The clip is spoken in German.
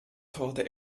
torte